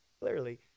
clearly